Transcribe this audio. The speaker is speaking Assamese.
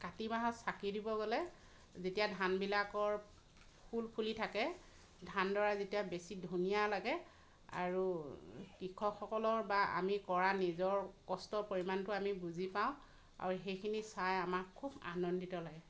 কাতি মাহত চাকি দিব গ'লে যেতিয়া ধানবিলাকৰ ফুল ফুলি থাকে ধানডৰা যেতিয়া বেছি ধুনীয়া লাগে আৰু কৃষকসলৰ বা আমি কৰা নিজৰ কষ্টৰ পৰিমাণটো আমি বুজি পাওঁ আৰু সেইখিনি চাই আমাৰ খুব আনন্দিত লাগে